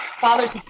father's